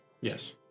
Yes